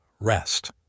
rest